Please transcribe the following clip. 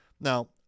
Now